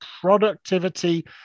Productivity